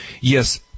Yes